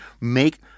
make